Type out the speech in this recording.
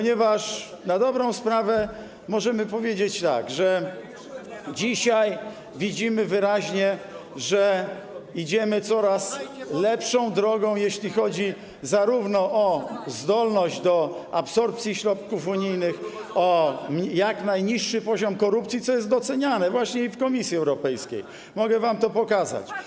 Na dobrą sprawę możemy powiedzieć, że dzisiaj widzimy wyraźnie, że idziemy coraz lepszą drogą, jeśli chodzi o zdolność do absorpcji środków unijnych i o jak najniższy poziom korupcji, co jest doceniane właśnie w Komisji Europejskiej, mogę wam to pokazać.